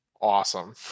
awesome